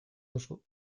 duzu